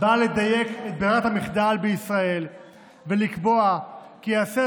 באה לדייק את ברירת המחדל בישראל ולקבוע כי ייאסר